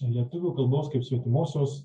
lietuvių kalbos kaip svetimosios